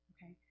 Okay